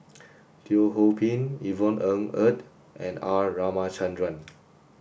Teo Ho Pin Yvonne Ng Uhde and R Ramachandran